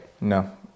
No